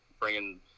bringing –